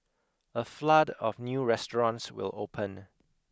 a flood of new restaurants will open